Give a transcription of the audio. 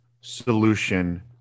solution